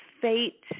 fate